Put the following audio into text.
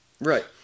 right